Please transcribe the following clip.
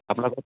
আপোনালোকে